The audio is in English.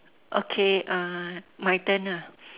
okay uh my turn ah